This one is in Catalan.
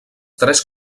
tres